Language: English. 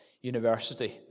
University